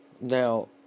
Now